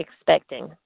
expecting